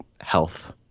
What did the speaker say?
health